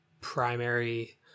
primary